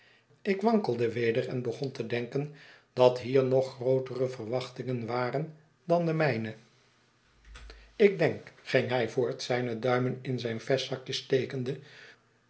ik wankelde weder en begon te denken dat hier nog grootere verwachtingen waren dan de mijne ik denk ging hij voort zijne duimen in zijne vestzakjes stekende